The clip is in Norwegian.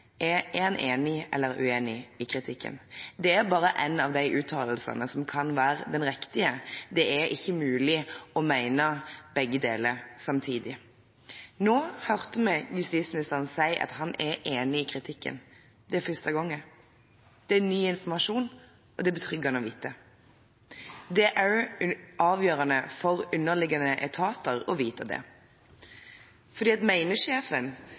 er om han er enig eller uenig i kritikken. Det er bare en av de uttalelsene som kan være den riktige, det er ikke mulig å mene begge deler samtidig. Nå hørte vi justisministeren si at han er enig i kritikken. Det er første gang. Det er ny informasjon, og det er betryggende å vite. Det er også avgjørende for underliggende etater å vite det. For mener sjefen at